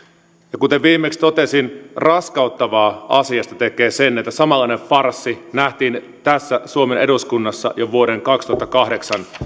ja kuten viimeksi totesin raskauttavan asiasta tekee se että samanlainen farssi nähtiin täällä suomen eduskunnassa jo vuoden kaksituhattakahdeksan